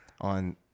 on